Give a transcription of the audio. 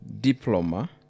diploma